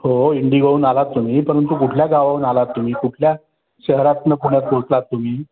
हो हो इंडिगोहून आलात तुम्ही परंतु कुठल्या गावावरून आलात तुम्ही कुठल्या शहरातून पुण्यात पोचलात तुम्ही